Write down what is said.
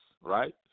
right